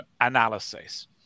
analysis